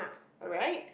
alright